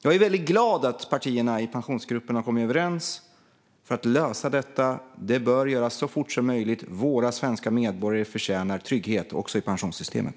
Jag är väldigt glad över att partierna i Pensionsgruppen har kommit överens om att lösa detta. Det bör göras så fort som möjligt. Svenska medborgare förtjänar trygghet också i pensionssystemet.